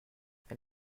elle